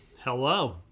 Hello